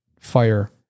fire